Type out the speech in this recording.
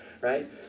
right